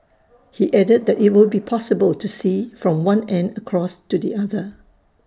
he added that IT will be possible to see from one end across to the other